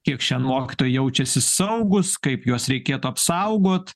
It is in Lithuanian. kiek šian mokytojai jaučiasi saugūs kaip juos reikėtų apsaugot